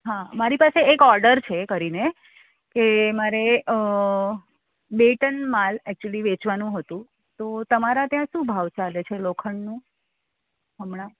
હા મારી પાસે એક ઓર્ડર છે કરીને કે મારે બે ત્રણ માલ એચ્યુઅલી વેચવાનું હતું તો તમારા ત્યાં શું ભાવ ચાલે છે લોખંડનું હમણાં